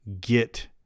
get